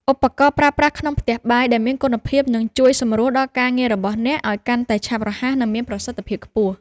ឧបករណ៍ប្រើប្រាស់ក្នុងផ្ទះបាយដែលមានគុណភាពនឹងជួយសម្រួលដល់ការងាររបស់អ្នកឱ្យកាន់តែឆាប់រហ័ស និងមានប្រសិទ្ធភាពខ្ពស់។